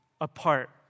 apart